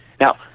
Now